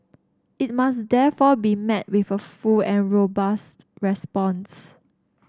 it must therefore be met with a full and robust response